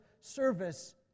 service